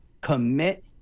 commit